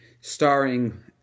starring